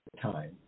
time